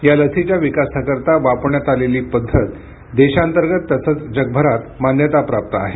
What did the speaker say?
या लसीच्या विकासाकरिता वापरण्यात आलेली पद्धत देशांतर्गत तसंच जगभरात मान्यताप्राप्त आहे